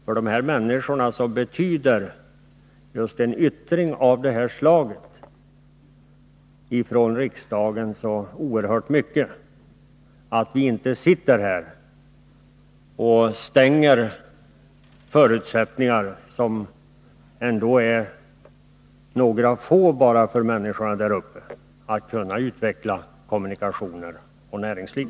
För dessa människor betyder just ett uttalande av detta slag från riksdagens sida så oerhört mycket — de märker att vi inte sitter här och förstör de få möjligheter som finns för dem däruppe när det gäller att utveckla kommunikationer och näringsliv.